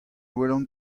welan